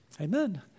Amen